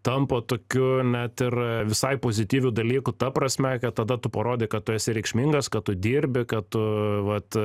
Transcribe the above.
tampa tokiu net ir visai pozityviu dalykų ta prasme kad tada tu parodai kad tu esi reikšmingas kad tu dirbi kad tu vat